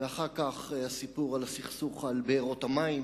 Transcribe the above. ואחר כך הסיפור על הסכסוך על בארות המים